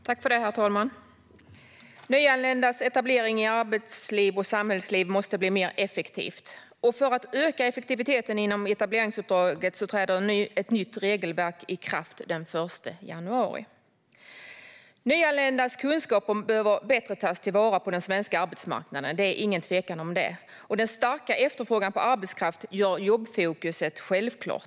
Herr talman! Nyanländas etablering i arbets och samhällslivet måste bli mer effektiv. För att öka effektiviteten inom etableringsuppdraget träder ett nytt regelverk i kraft den 1 januari. Nyanländas kunskaper behöver tas till vara bättre på den svenska arbetsmarknaden - det råder ingen tvekan om detta. Den starka efterfrågan på arbetskraft gör jobbfokus till något självklart.